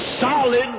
Solid